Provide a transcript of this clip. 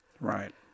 right